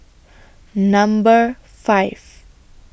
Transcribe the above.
Number five